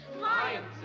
Lions